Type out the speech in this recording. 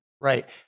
Right